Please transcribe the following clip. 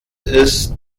ist